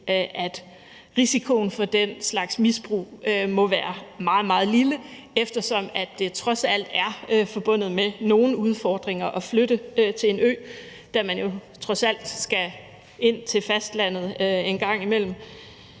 at risikoen for den slags misbrug må være meget, meget lille, eftersom det trods alt er forbundet med nogle udfordringer at flytte til en ø, da man jo trods alt skal ind til fastlandet en gang imellem.